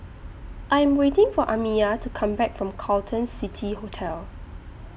I Am waiting For Amiah to Come Back from Carlton City Hotel